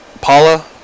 Paula